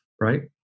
Right